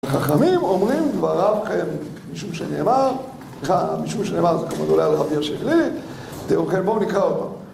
חכמים אומרים דבריו קיימים, משום שנאמר זה כמובן אולי רבי יוסי הגלילי, בואו נקרא עוד פעם